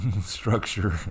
structure